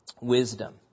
Wisdom